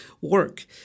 work